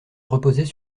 reposait